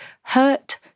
hurt